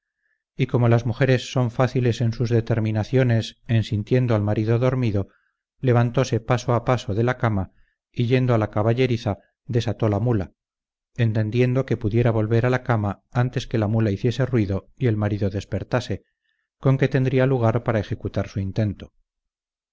y como las mujeres son fáciles en sus determinaciones en sintiendo al marido dormido levantose paso a paso de la cama y yendo a la caballeriza desató la mula entendiendo que pudiera volver a la cama antes que la mula hiciese ruido y el marido despertase con que tendría lugar para ejecutar su intento